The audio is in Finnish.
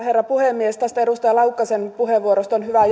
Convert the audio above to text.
herra puhemies tästä edustaja laukkasen puheenvuorosta on hyvä